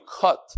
cut